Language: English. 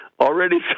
already